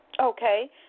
Okay